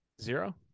Zero